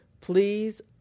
please